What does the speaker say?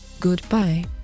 Goodbye